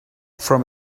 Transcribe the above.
from